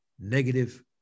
negative